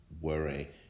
worry